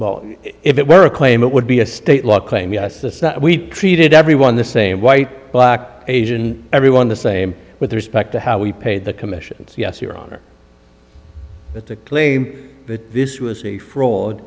ball if it were a claim it would be a state law claim yes we treated everyone the same white black asian everyone the same with respect to how we paid the commissions yes your honor but to claim that this was a fraud